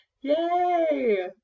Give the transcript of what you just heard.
Yay